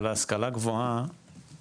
אבל השכלה גבוהה,